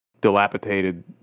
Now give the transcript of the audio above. dilapidated